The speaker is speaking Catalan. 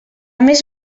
més